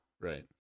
right